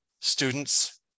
students